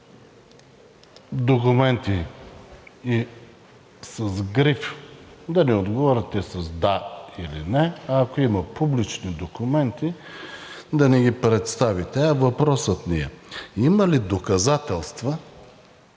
документи с гриф, да ни отговорите с да или не, а ако има публични документи, да ни ги представите. Въпросът ми е има ли доказателства